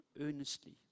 earnestly